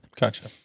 Gotcha